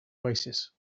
oasis